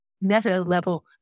meta-level